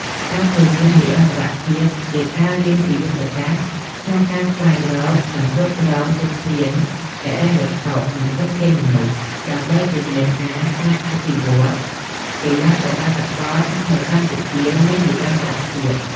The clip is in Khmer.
ការធានានិរន្តរភាពជាការ រៀនពីយុទ្ធសាស្ត្រក្នុងការស្វែងរក និងគ្រប់គ្រងធនធានហិរញ្ញវត្ថុ និងធនធានមនុស្ស ដើម្បីធានាថាការអភិវឌ្ឍន៍កីឡាប្រដាល់សកលនៅកម្ពុជាមាននិរន្តរភាព។